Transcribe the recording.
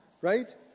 Right